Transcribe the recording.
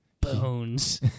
bones